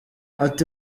ati